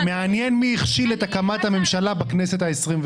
מעניין מי הכשיל את הקמת הממשלה בכנסת ה-21.